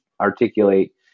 articulate